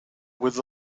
with